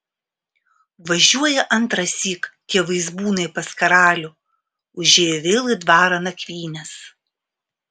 važiuoja antrąsyk tie vaizbūnai pas karalių užėjo vėl į dvarą nakvynės